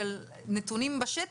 של נתונים בשטח.